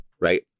right